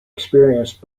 experienced